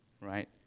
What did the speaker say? right